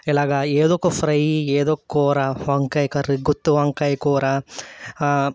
ఇలాగా ఏదో ఒక ఫ్రై ఏదో ఒక కూర వంకాయ కర్రీ గుత్తి వంకాయ కూర